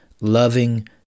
loving